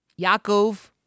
Yaakov